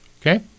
Okay